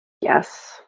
Yes